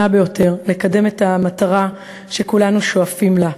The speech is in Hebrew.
ביותר לקדם את המטרה שכולנו שואפים לה: